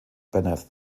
bennett